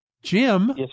Jim